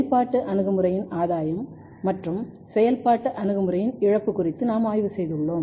செயல்பாட்டு அணுகுமுறையின் ஆதாயம் மற்றும் செயல்பாட்டு அணுகுமுறையின் இழப்பு குறித்து நாம் ஆய்வு செய்துள்ளோம்